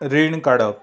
रीण काडप